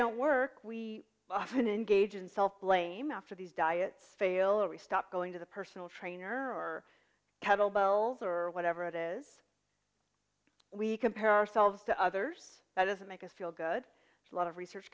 don't work we often engage in self blame after these diets fail or we stop going to the personal trainer or kettle boiled or whatever it is we compare ourselves to others that doesn't make us feel good it's a lot of research